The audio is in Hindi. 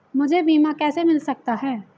मुझे बीमा कैसे मिल सकता है?